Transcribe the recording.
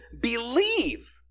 believe